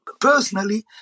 personally